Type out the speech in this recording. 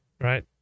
right